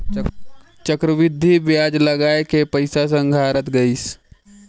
चक्रबृद्धि बियाज लगाय के पइसा संघरात गइस